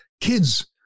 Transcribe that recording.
Kids